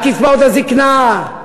על קצבאות הזיקנה,